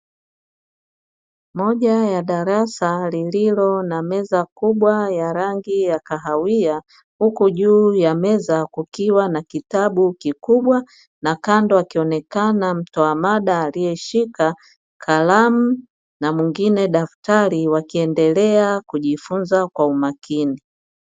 Moja ya darasa lililo na meza kubwa ya rangi ya kahawia huku juu ya meza kukiwa na kitabu kikubwa na kando, akionekana mtoa mada aliyeshika kalamu na mwingine daftari wakiendelea kujifunza kwa umakini.